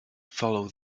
follow